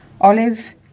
Olive